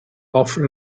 offre